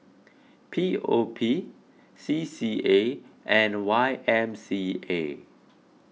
P O P C C A and Y M C A